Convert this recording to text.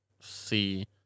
see